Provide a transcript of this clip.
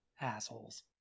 Assholes